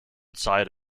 side